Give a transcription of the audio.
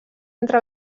entre